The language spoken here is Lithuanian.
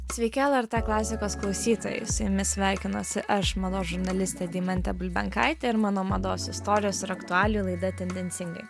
sveiki lrt klasikos klausytojai su jumis sveikinuosi aš mados žurnalistė deimantė bulbenkaitė ir mano mados istorijos ir aktualijų laida tendencingai